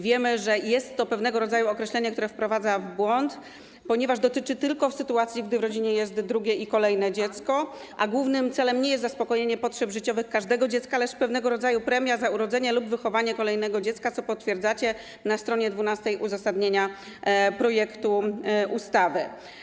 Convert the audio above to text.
Wiemy, że jest to pewnego rodzaju określenie, które wprowadza w błąd, ponieważ dotyczy tylko sytuacji, gdy w rodzinie jest drugie i kolejne dziecko, a głównym celem nie jest zaspokojenie potrzeb życiowych każdego dziecka, lecz pewnego rodzaju premia za urodzenie lub wychowanie kolejnego dziecka, co potwierdzacie na str. 12 uzasadnienia projektu ustawy.